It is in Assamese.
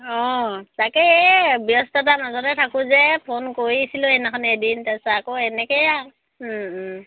অঁ তাকে এই ব্যস্ততা মাজতে থাকোঁ যে ফোন কৰিছিলোঁ এদিনাখন এদিন তাৰপাছত এনেকেই আ